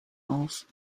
auf